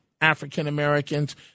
African-Americans